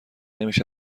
نمیشه